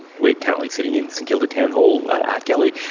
we're currently sitting in st kilda town hall art gallery.